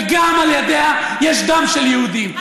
וגם על ידיה יש דם של יהודים.